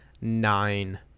nine